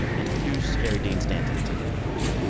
and introduce harry dean stanton to them briefly